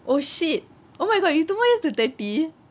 oh shit oh my god you two more years to thirty